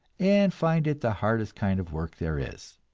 and find it the hardest kind of work there is.